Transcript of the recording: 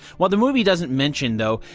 what the movie doesn't mention, though,